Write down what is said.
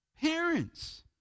parents